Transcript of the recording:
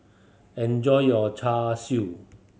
enjoy your Char Siu